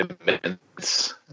immense